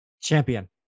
champion